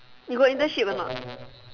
you got internship or not